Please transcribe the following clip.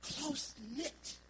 close-knit